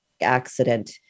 accident